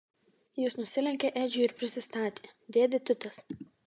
jis nusilenkė edžiui ir prisistatė dėdė titas